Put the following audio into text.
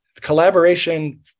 collaboration